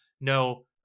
no